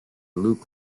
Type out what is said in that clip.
luc